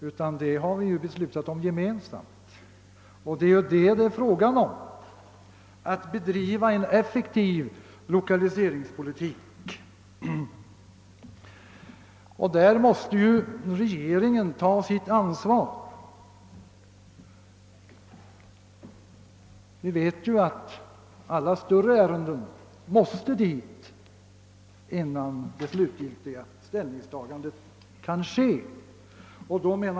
Och det är det frågan gäller: att bedriva en effektiv lokaliseringspolitik. Därvidlag måste regeringen ta sitt ansvar. Alla större ärenden måste ju som bekant gå genom regeringen innan det slutgiltiga ställningstagandet kan ske.